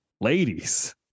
Ladies